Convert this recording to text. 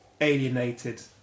alienated